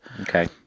Okay